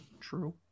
true